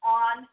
on